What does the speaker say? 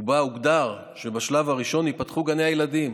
ובה הוגדר שבשלב הראשון ייפתחו גני הילדים,